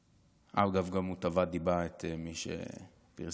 אגב, הוא גם תבע דיבה את מי שפרסם.